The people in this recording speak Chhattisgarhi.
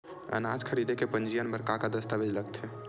अनाज खरीदे के पंजीयन बर का का दस्तावेज लगथे?